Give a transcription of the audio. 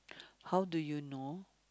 how do you know